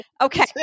Okay